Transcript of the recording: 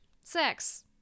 sex